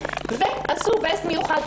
ועשו וסט מיוחד,